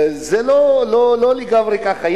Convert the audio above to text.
זה לא לגמרי ככה.